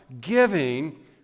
giving